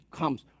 comes